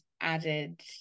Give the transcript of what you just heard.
added